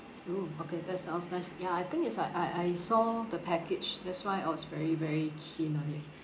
!woo! okay that sounds nice ya I think it's like I I saw the package that's why I was very very keen on it